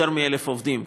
יותר מ-1,000 עובדים,